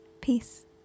Peace